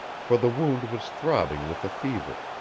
for the wound was throbbing with a fever,